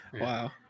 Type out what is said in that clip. wow